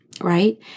right